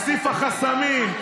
הוסיפה חסמים.